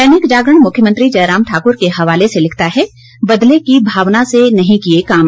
दैनिक जागरण मुख्यमंत्री जयराम ठाकुर के हवाले से लिखता है बदले की भावना से नहीं किए काम